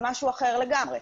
זה משהו אחר לגמרי.